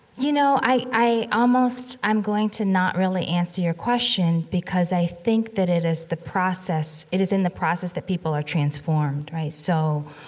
you know, i i almost i'm going to not really answer your question, because i think that it is the process it is in the process that people are transformed, right? so,